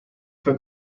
fue